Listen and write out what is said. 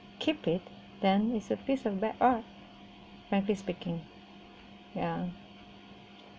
keep it then is a piece of bad art frankly speaking ya